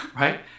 right